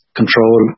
control